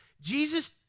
Jesus